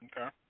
Okay